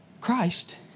Christ